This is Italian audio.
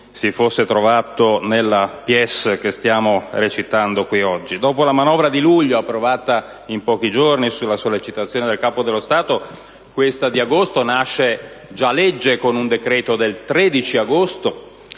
si fosse trovato nella *pièce* che stiamo recitando qui oggi. Dopo la manovra di luglio, approvata in pochi giorni su sollecitazione del Capo dello Stato, questa di agosto nasce già legge con un decreto-legge del 13 agosto,